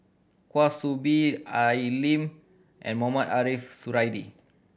Kwa Soon Bee Al E Lim and Mohamed Ariff Suradi